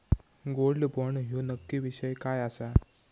Gold bond ह्यो नक्की विषय काय आसा?